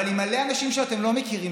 אבל עם מלא אנשים זרים שאתם לא מכירים.